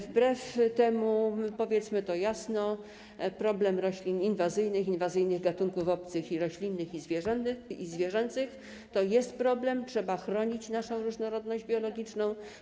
Wbrew temu, powiedzmy to jasno, problem roślin inwazyjnych, inwazyjnych gatunków obcych i roślinnych, i zwierzęcych to jest problem, trzeba chronić naszą różnorodność biologiczną.